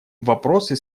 вопросы